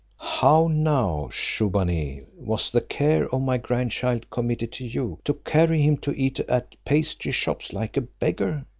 how now, shubbaunee, was the care of my grandchild committed to you, to carry him to eat at pastry-shops like a beggar?